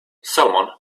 salmon